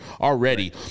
already